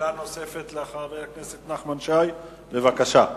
שאלה נוספת לחבר הכנסת נחמן שי, בבקשה.